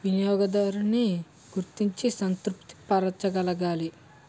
వినియోగదారున్ని గుర్తించి సంతృప్తి పరచగలగాలి